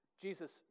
Jesus